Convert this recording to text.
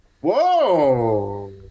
Whoa